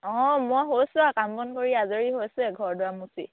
অঁ মই হৈছোঁ আৰু কাম বন কৰি আজৰি হৈছোৱেই ঘৰ দুৱাৰ মুচি